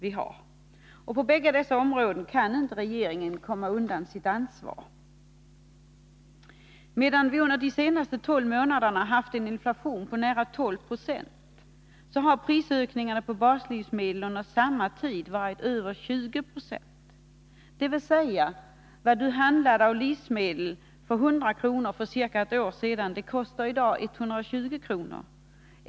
Inte på något av dessa områden kan regeringen komma undan sitt ansvar. Medan vi under de senaste tolv månaderna haft en inflation på nära 12 26 har prisökningarna på baslivsmedel under samma tid varit över 20 96, dvs. de livsmedel du för ungefär ett år sedan handlade för 100 kr. kostar i dag 120 kr.